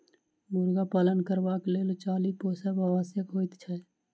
मुर्गा पालन करबाक लेल चाली पोसब आवश्यक होइत छै